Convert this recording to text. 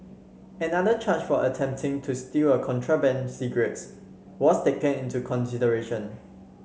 another charge for attempting to steal a contraband cigarettes was taken into consideration